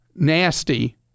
nasty